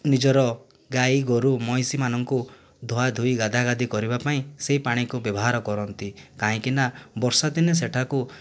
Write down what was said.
ନିଜର ଗାଈ ଗୋରୁ ମଇଁଷିମାନଙ୍କୁ ଧୁଆ ଧୋଇ ଗାଧା ଗାଧି କରିବା ପାଇଁ ସେହି ପାଣିକୁ ବ୍ୟବହାର କରନ୍ତି କାହିଁକି ନା ବର୍ଷା ଦିନେ ସେଠାକୁ